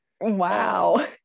Wow